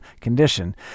condition